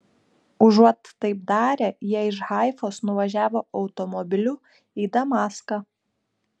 užuot taip darę jie iš haifos nuvažiavo automobiliu į damaską